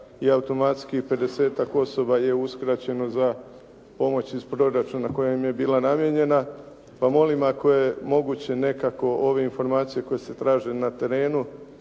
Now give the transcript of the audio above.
i automatski 50-ak osoba je uskraćeno za pomoć iz proračuna koja im je bila namijenjena. Pa molim ako je moguće nekako ove informacije koje se traže na terenu,